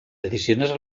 decisiones